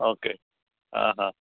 okay